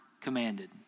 commanded